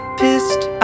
pissed